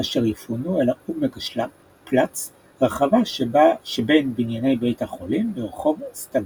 אשר יפונו אל ה"אומשלגפלץ" - רחבה שבין בנייני בית החולים ברחוב סטאבקי.